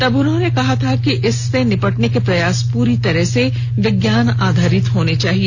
तब उन्होंने कहा था कि इससे निपटने के प्रयास पूरी तरह से विज्ञान आधारित होने चाहिए